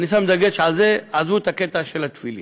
אני שם דגש על זה, עזבו את הקטע של התפילין,